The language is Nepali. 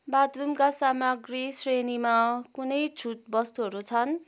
बाथरुमका सामग्री श्रेणीमा कुनै छुट वस्तुहरू छन्